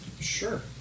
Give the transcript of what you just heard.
Sure